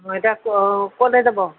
হয় এতিয়া অঁ ক'লৈ যাব